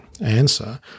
Answer